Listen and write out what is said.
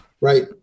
Right